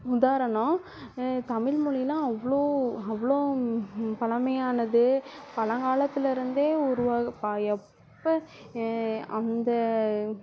உதாரணம் தமிழ்மொழியெலாம் அவ்வளோ அவ்ளோ பழைமையானது பழங்காலத்திலருந்தே உருவா ப எப்போ அந்த